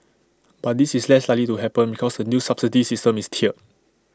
but this is less likely to happen because the new subsidy system is tiered